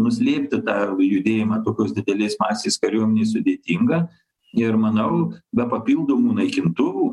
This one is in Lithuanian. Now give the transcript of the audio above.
nuslėpti tą judėjimą tokios didelės masės kariuomenei sudėtinga ir manau be papildomų naikintuvų